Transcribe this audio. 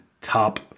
Top